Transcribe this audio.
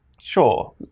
sure